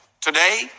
Today